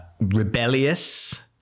rebellious